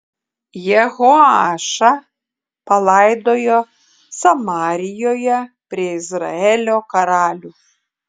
jehoašą palaidojo samarijoje prie izraelio karalių